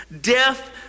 death